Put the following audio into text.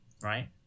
right